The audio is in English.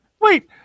Wait